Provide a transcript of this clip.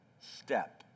step